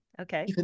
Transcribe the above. Okay